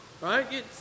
right